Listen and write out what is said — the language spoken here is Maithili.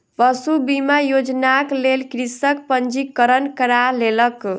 पशु बीमा योजनाक लेल कृषक पंजीकरण करा लेलक